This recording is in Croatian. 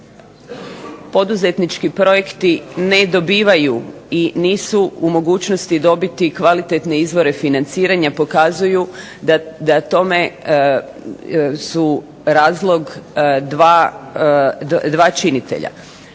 poduzetnički projekti ne dobivaju i nisu u mogućnosti dobiti kvalitetne izvore financiranja pokazuju da tome su razlog dva činitelja.